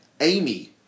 Amy